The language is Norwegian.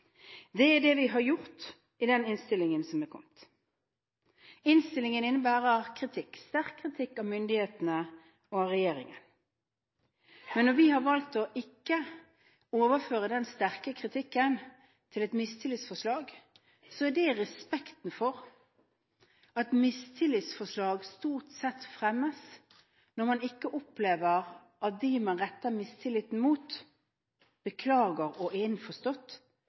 innstillingen som har kommet. Innstillingen innebærer kritikk, sterk kritikk, av myndighetene og regjeringen. Men når vi har valgt ikke å overføre den sterke kritikken til et mistillitsforslag, er det i respekt for at mistillitsforslag stort sett fremmes når man ikke opplever at dem man retter mistilliten mot, beklager og er innforstått